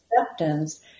acceptance